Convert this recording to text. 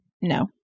No